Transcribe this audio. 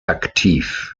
aktiv